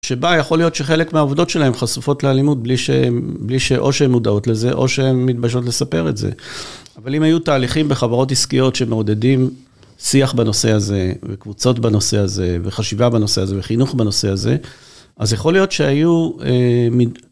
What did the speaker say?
שבה יכול להיות שחלק מהעובדות שלהם חשופות לאלימות, בלי שהן, בלי שהן או שהן מודעות לזה, או שהן מתביישות לספר את זה. אבל אם היו תהליכים בחברות עסקיות שמעודדים שיח בנושא הזה, וקבוצות בנושא הזה, וחשיבה בנושא הזה, וחינוך בנושא הזה, אז יכול להיות שהיו...